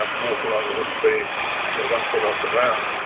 um walking on a wooden beam you know one foot off the ground.